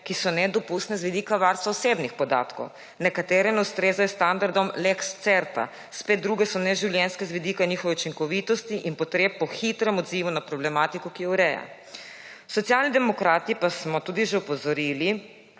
ki so nedopustne z vidika varstva osebnih podatkov, nekatere ne ustrezajo standardom lex certa, spet druge so neživljenjske z vidika njihove učinkovitosti in potreb po hitrem odzivu na problematiko, ki jo ureja.« Socialni demokrati pa smo tudi že opozorili